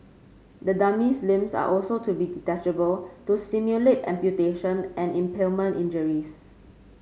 the dummy's limbs are also to be detachable to simulate amputation and impalement injuries